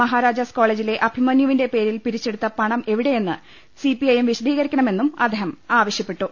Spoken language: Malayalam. മഹാരാജാസ് കോളജിലെ അഭിമന്യു വിന്റെ പേരിൽ പിരിച്ചെടുത്ത പണം എവിടെയെന്ന് സി പി ഐ എം വിശദീകരിക്കണമെന്നും അദ്ദേഹം ആവശ്യപ്പെട്ടു